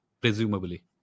presumably